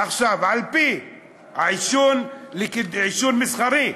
עכשיו, על-פי העישון, עישון מסחרי,